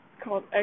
called